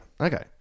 okay